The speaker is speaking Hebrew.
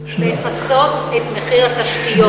מחיר המים לא צריך לכסות את מחיר התשתיות.